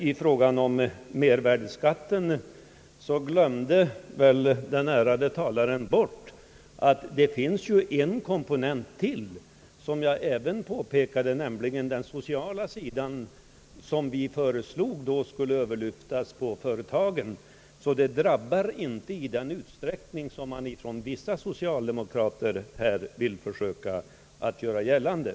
Beträffande mervärdeskatten glömde väl den ärade talaren bort att det finns ytterligare en komponent som jag även påpekade, nämligen den sociala sidan som vi föreslagit skulle lyftas över på företagen. Verkningarna skulle på så sätt inte bli av sådan omfattning som vissa socialdemokrater vill försöka göra gällande.